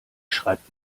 schreibt